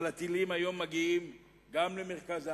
אבל הטילים היום מגיעים גם למרכז הארץ.